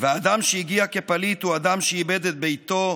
ואדם שהגיע כפליט הוא אדם שאיבד את ביתו,